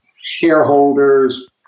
shareholders